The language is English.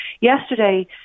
yesterday